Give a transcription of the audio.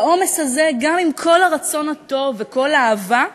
בעומס הזה, גם עם כל הרצון הטוב וכל האהבה,